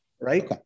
Right